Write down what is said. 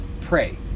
pray